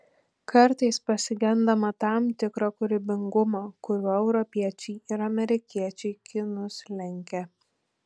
kartais pasigendama tam tikro kūrybingumo kuriuo europiečiai ir amerikiečiai kinus lenkia